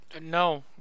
no